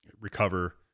recover